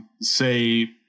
say